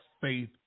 faith